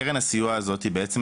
קרן הסיוע הזו בעצם,